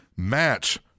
match